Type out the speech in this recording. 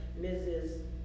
Mrs